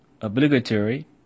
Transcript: obligatory